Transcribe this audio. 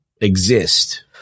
exist